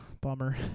bummer